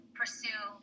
pursue